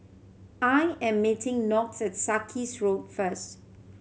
I am meeting Knox at Sarkies Road first